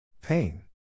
Pain